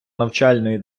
навчальної